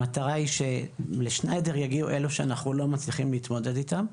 המטרה היא שאל שניידר יגיעו אלו שאנחנו לא מצליחים להתמודד איתם.